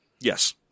Yes